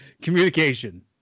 Communication